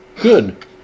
good